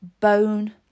bone